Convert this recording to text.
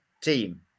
team